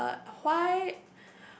uh why